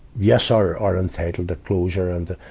yes, are, are entitled to closure and, ah.